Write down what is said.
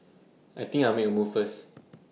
I think I'll make A move first